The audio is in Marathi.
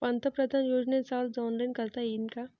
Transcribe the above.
पंतप्रधान योजनेचा अर्ज ऑनलाईन करता येईन का?